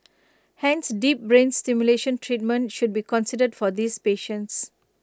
hence deep brain stimulation treatment should be considered for these patients